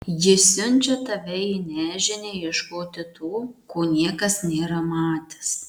ji siunčia tave į nežinią ieškoti to ko niekas nėra matęs